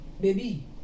baby